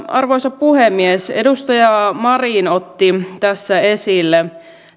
arvoisa puhemies edustaja marin otti tässä esille